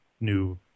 new